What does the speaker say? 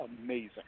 amazing